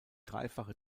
dreifache